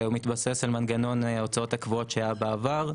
הוא מתבסס על מנגנון ההוצאות הקבועות שהיה בעבר,